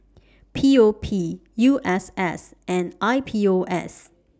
P O P U S S and I P O S